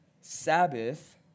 Sabbath